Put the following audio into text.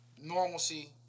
normalcy